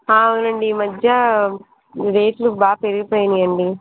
అవునండి ఈ మధ్య రేట్లు బాగా పెరిగిపోయాయండీ